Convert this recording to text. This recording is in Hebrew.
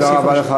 תודה רבה לך,